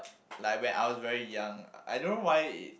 like when I was very young I don't know why it